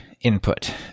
Input